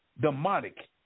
demonic